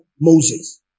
Moses